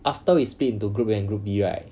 after we split into group A and group B right